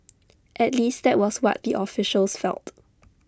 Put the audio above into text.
at least that was what the officials felt